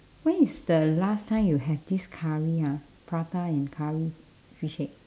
when is the last time you have this curry ah prata and curry fish head